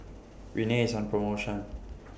Rene IS on promotion